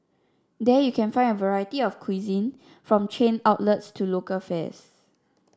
there you can find a variety of cuisine from chain outlets to local fares